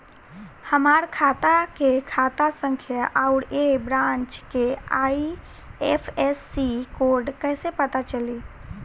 हमार खाता के खाता संख्या आउर ए ब्रांच के आई.एफ.एस.सी कोड कैसे पता चली?